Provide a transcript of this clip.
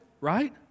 right